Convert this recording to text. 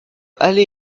allait